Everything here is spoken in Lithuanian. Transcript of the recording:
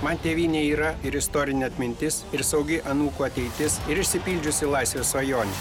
man tėvynė yra ir istorinė atmintis ir saugi anūkų ateitis ir išsipildžiusi laisvės svajonė